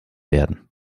werden